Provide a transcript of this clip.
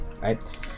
right